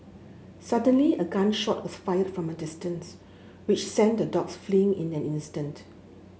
suddenly a gun shot was fired from a distance which sent the dogs fleeing in an instant